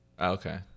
okay